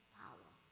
power